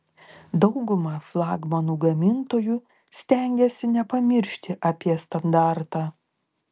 dauguma flagmanų gamintojų stengiasi nepamiršti apie standartą